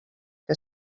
que